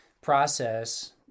process